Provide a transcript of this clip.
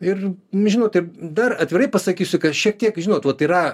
ir žinot ir dar atvirai pasakysiu ką šiek tiek žinot vat yra